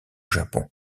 japon